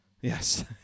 Yes